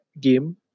game